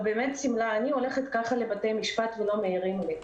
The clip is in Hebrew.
אני הולכת כך לבתי המשפט ולא מעירים לי.